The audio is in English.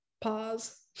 pause